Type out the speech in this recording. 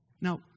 Now